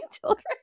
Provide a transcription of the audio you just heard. children